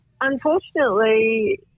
Unfortunately